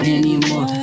anymore